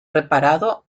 reparado